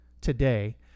today